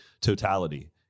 totality